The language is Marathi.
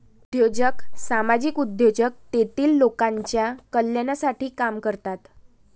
उद्योजक सामाजिक उद्योजक तेतील लोकांच्या कल्याणासाठी काम करतात